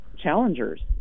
challengers